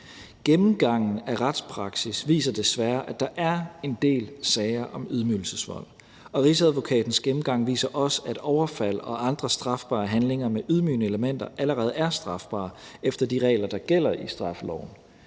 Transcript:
Gennemgangen af retspraksis viser desværre, at der er en del sager om ydmygelsesvold, og Rigsadvokatens gennemgang viser også, at overfald og andre strafbare handlinger med ydmygende elementer allerede er strafbare efter de regler, der gælder i straffeloven.